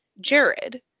Jared